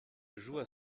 jouent